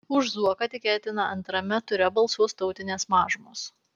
už zuoką tikėtina antrame ture balsuos tautinės mažumos